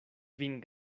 vin